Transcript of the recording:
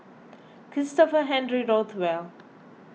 Christopher Henry Rothwell